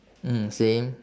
mm same